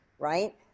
Right